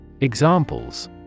Examples